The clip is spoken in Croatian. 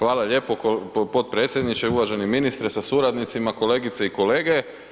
Hvala lijepo potpredsjedniče, uvaženi ministre sa suradnicima, kolegice i kolege.